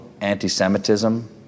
anti-semitism